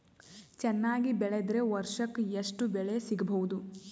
ಚೆನ್ನಾಗಿ ಬೆಳೆದ್ರೆ ವರ್ಷಕ ಎಷ್ಟು ಬೆಳೆ ಸಿಗಬಹುದು?